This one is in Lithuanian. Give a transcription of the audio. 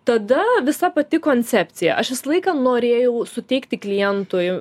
tada visa pati koncepcija aš visą laiką norėjau suteikti klientui